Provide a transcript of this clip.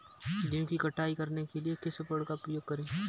गेहूँ की कटाई करने के लिए किस उपकरण का उपयोग करें?